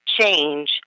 change